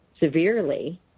Severely